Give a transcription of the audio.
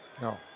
No